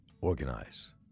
Organize